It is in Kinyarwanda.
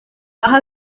aha